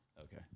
Okay